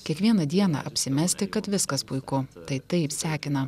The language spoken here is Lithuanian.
kiekvieną dieną apsimesti kad viskas puiku tai taip sekina